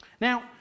Now